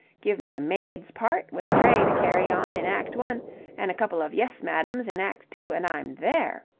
give me a maid's part, with a tray to carry on in act one and a couple of yes, madam's' in act two, and i'm there!